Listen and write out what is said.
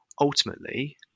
ultimately